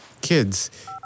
Kids